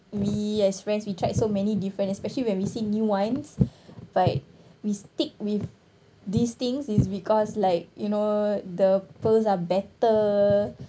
we as friends we tried so many different especially when we see new ones but we stick with these things is because like you know the pearls are better